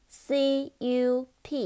cup